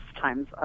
times